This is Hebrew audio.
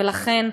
ולכן,